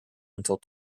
until